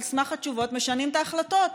על סמך התשובות משנים את ההחלטות,